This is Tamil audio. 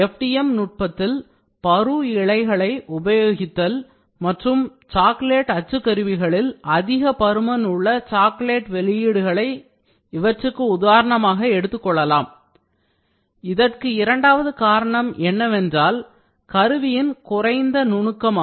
FDM நுட்பத்தில் பரு இழைகளை உபயோகித்தல் மற்றும் சாக்லேட் அச்சு கருவிகளில் அதிக பருமன் உள்ள சாக்லேட் வெளியீடுகளை இவற்றுக்கு உதாரணமாக எடுத்துக் கொள்ளலாம் இதற்கு இரண்டாவது காரணம் என்னவென்றால் கருவியின் குறைந்த நுணுக்கமாகும்